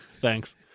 Thanks